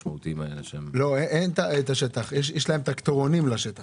אין אופנועי שטח, יש להם טרקטורונים לשטח.